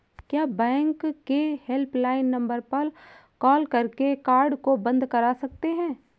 क्या बैंक के helpline number पर कॉल करके कार्ड को बंद करा सकते हैं?